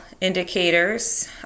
indicators